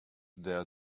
there